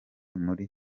muri